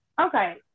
okay